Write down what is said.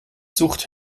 sucht